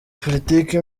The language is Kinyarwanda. politiki